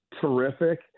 terrific